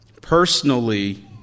personally